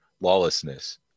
lawlessness